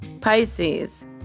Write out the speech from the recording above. Pisces